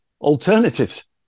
alternatives